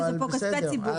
אבל בסדר.